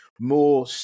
more